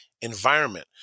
environment